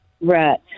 right